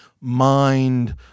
mind